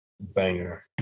banger